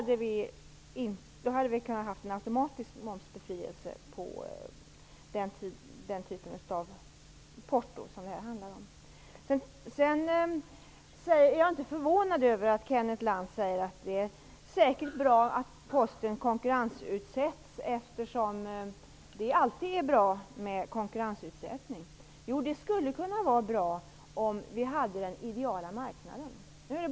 Då hade vi kunnat ha en automatisk momsbefrielse för den typ av porto som det här handlar om. Jag är inte förvånad över att Kenneth Lantz säger att det säkert är bra att Posten konkurrensutsätts, eftersom det alltid är bra med konkurrensutsättning. Det skulle kunna vara bra om vi hade den ideala marknaden.